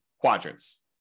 quadrants